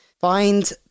Find